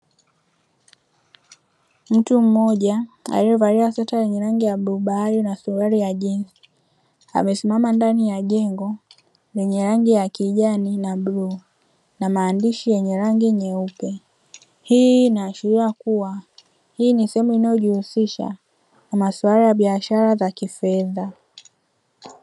Mtu mmoja aliyevalia sweta lenye rangi ya bluu bahari na suruali ya jinzi, amesimama ndani ya jengo lenye rangi ya kijani na bluu na maandishi yenye rangi nyeupe. Hii inaashiria kuwa hii ni sehemu inayojihusisha na maswala ya biashara za kifedha.